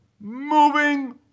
Moving